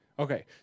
Okay